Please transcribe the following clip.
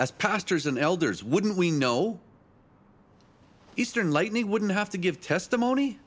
as pastors and elders wouldn't we know eastern lightly wouldn't have to give testimony